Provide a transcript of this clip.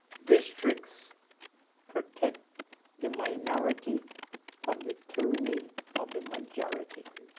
district protect the minority from the tyranny of the majority.